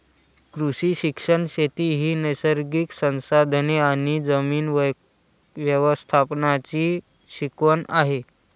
कृषी शिक्षण शेती ही नैसर्गिक संसाधने आणि जमीन व्यवस्थापनाची शिकवण आहे